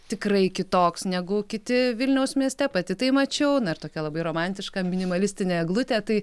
tikrai kitoks negu kiti vilniaus mieste pati tai mačiau na ir tokia labai romantiška minimalistinė eglutė tai